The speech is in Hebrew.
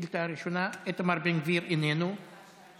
השאילתה הראשונה, איתמר בן גביר איננו, מס'